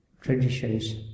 traditions